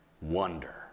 wonder